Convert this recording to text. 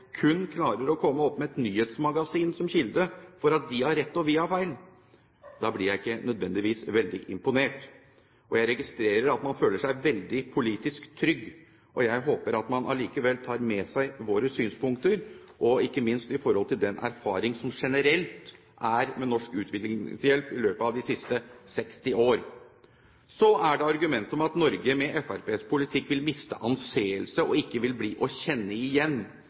kun klarer å komme opp med et nyhetsmagasin som kilde for at de har rett og vi har feil, da blir jeg ikke nødvendigvis veldig imponert. Jeg registrerer at man føler seg veldig politisk trygg. Jeg håper at man allikevel tar med seg våre synspunkter, ikke minst i forhold til den erfaring man generelt har hatt med norsk utviklingshjelp i løpet av de siste 60 år. Så er det argumentet om at Norge med Fremskrittspartiets politikk vil miste anseelse og ikke vil bli til å kjenne igjen.